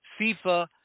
FIFA